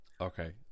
Okay